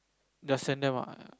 just send them out